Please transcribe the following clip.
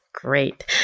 Great